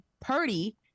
Purdy